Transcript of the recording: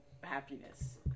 happiness